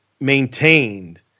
maintained